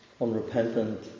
unrepentant